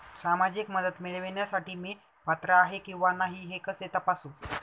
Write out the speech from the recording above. सामाजिक मदत मिळविण्यासाठी मी पात्र आहे किंवा नाही हे कसे तपासू?